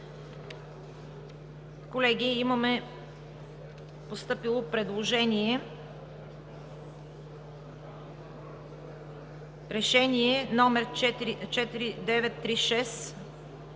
Колеги, имаме постъпило предложение – Решение № 4936